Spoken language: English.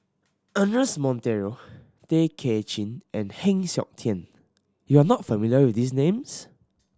Ernest Monteiro Tay Kay Chin and Heng Siok Tian you are not familiar with these names